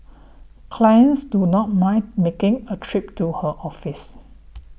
clients do not mind making a trip to her office